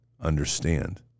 understand